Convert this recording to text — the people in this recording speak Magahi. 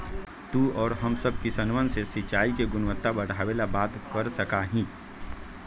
तू और हम सब किसनवन से सिंचाई के गुणवत्ता बढ़ावे ला बात कर सका ही